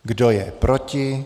Kdo je proti?